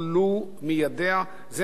זה מה שאנחנו היום שומעים.